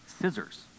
scissors